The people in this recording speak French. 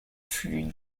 flux